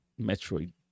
Metroid